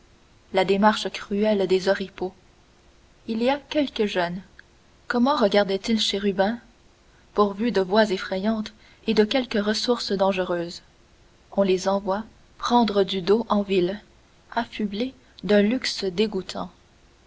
la démarche cruelle des oripeaux il y a quelques jeunes comment regardaient ils chérubin pourvus de voix effrayantes et de quelques ressources dangereuses on les envoie prendre du dos en ville affublés d'un luxe dégoûtant